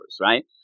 right